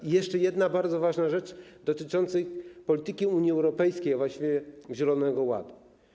I jeszcze jedna bardzo ważna rzecz dotycząca polityki Unii Europejskiej, właśnie zielonego ładu.